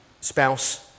spouse